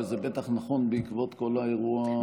אבל זה בטח נכון בעקבות כל האירוע,